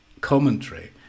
commentary